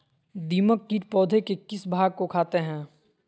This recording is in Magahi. दीमक किट पौधे के किस भाग को खाते हैं?